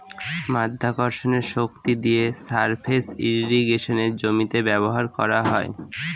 মাধ্যাকর্ষণের শক্তি দিয়ে সারফেস ইর্রিগেশনে জমিতে করা হয়